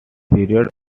period